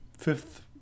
Fifth